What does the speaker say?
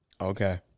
Okay